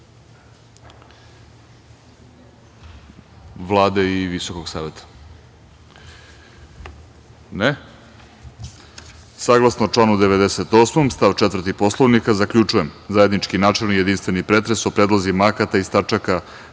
Vlade i Visokog saveta?